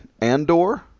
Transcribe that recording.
Andor